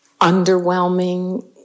underwhelming